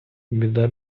біда